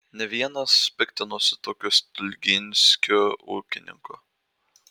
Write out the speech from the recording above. ne vienas piktinosi tokiu stulginskiu ūkininku